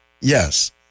Yes